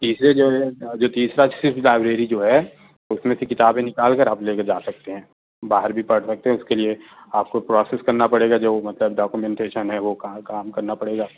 تیسرے جو ہے جو تیسرا صرف لائبریری جو ہے اس میں سے کتابیں نکال کر آپ لے کے جا سکتے ہیں باہر بھی پڑھ سکتے ہیں اس کے لیے آپ کو پروسیس کرنا پڑے گا جو مطلب ڈاکومینٹیشن ہے وہ کام کام کرنا پڑے گا